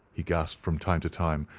he gasped from time to time.